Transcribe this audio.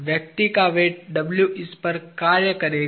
व्यक्ति का weight W इस पर कार्य करेगा